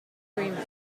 agreement